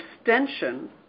extension